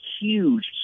huge